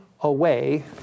away